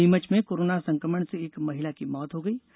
नीमंच में कोरोना संक्रमण से एक महिला की मौत हो गयी